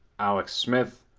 alex smith,